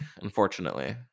unfortunately